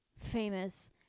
famous